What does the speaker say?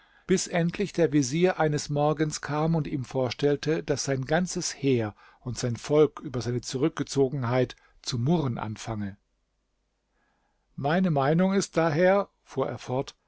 bis endlich der vezier eines morgens kam und ihm vorstellte daß sein ganzes heer und sein volk über seine zurückgezogenheit zu murren anfange meine meinung ist daher fuhr